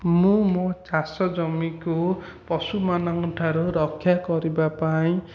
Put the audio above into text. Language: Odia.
ମୁଁ ମୋ ଚାଷ ଜମିକୁ ପଶୁ ମାନଙ୍କ ଠାରୁ ରକ୍ଷା କରିବା ପାଇଁ